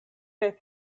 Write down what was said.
kaj